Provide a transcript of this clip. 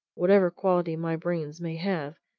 whatever quality my brains may have,